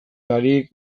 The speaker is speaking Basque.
berdin